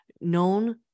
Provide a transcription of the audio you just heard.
known